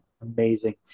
amazing